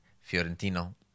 Fiorentino